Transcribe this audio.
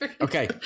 Okay